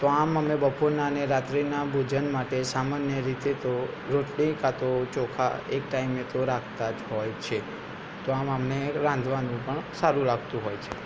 તો આમ અને બપોરના અને રાત્રિના ભોજન માટે સામાન્ય રીતે તો રોટલી કાં તો ચોખા એક ટાઈમે તો રાખતા જ હોય છે તો આમ અમને રાંધવાનું પણ સારું લાગતું હોય છે